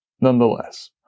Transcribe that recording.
Nonetheless